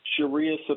Sharia